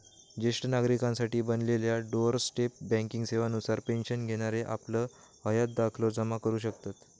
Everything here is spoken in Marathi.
ज्येष्ठ नागरिकांसाठी बनलेल्या डोअर स्टेप बँकिंग सेवा नुसार पेन्शन घेणारे आपलं हयात दाखलो जमा करू शकतत